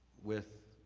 with